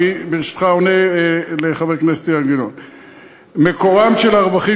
אני עונה לחבר הכנסת אילן גילאון: 1. מקורם של הרווחים